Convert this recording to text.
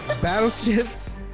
Battleships